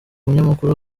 munyamakuru